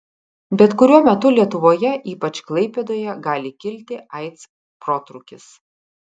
bet kuriuo metu lietuvoje ypač klaipėdoje gali kilti aids protrūkis